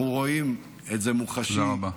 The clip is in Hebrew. אנחנו רואים את זה מוחשית, תודה רבה.